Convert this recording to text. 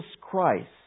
Christ